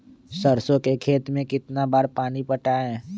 सरसों के खेत मे कितना बार पानी पटाये?